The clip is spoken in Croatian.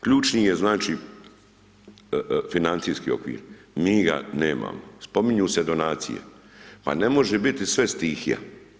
Ključni je znači financijski okvir, mi ga nemamo, spominju se donacije, pa ne može biti sve stihija.